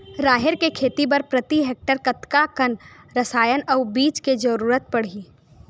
राहेर के खेती बर प्रति हेक्टेयर कतका कन रसायन अउ बीज के जरूरत पड़ही?